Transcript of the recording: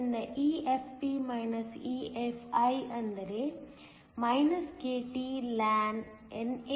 ಆದ್ದರಿಂದ EFp EFi ಅಂದರೆ kTln NAni ಆಗಿದೆ